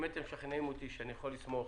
אם הייתם משכנעים אותי שאני יכול לסמוך,